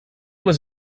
was